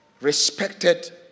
respected